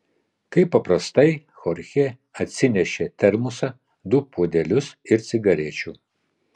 kaip paprastai chorchė atsinešė termosą du puodelius ir cigarečių